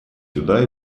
сюда